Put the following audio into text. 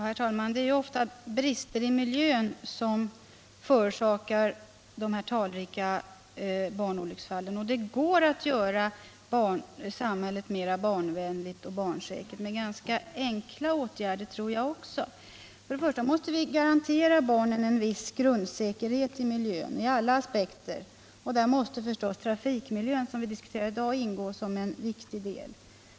Herr talman! Det är ofta brister i miljön som förorsakar de talrika barnolycksfallen, och jag tror att det går att med ganska enkla åtgärder göra samhället mer barnvänligt och barnsäkert. Först och främst måste vi garantera barnen en viss grundsäkerhet i 67 miljön och där måste naturligtvis trafikmiljön, som vi diskuterar i dag, ingå som en viktig del.